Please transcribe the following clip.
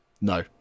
No